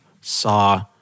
saw